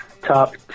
top